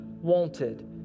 wanted